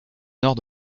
nord